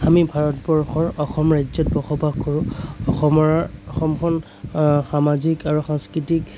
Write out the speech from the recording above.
আমি ভাৰতবৰ্ষৰ অসম ৰাজ্য়ত বসবাস কৰোঁ অসমৰ অসমখন সামাজিক আৰু সাংস্কৃতিক